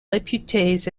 réputées